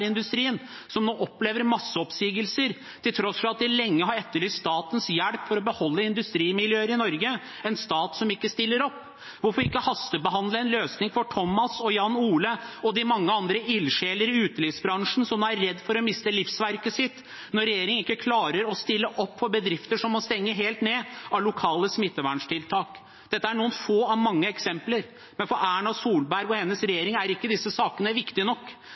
som nå opplever masseoppsigelser til tross for at de lenge har etterlyst statens hjelp for å beholde industrimiljøer i Norge, en stat som ikke stiller opp? Hvorfor ikke hastebehandle en løsning for Thomas og Jan Ole og de mange andre ildsjelene i utelivsbransjen som er redde for å miste livsverket sitt, når regjeringen ikke klarer å stille opp for bedrifter som må stenge helt ned på grunn av lokale smitteverntiltak? Dette er noen få av mange eksempler, men for Erna Solberg og hennes regjering er ikke disse sakene viktige nok.